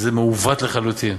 זה מעוות לחלוטין,